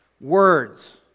Words